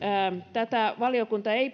valiokunta ei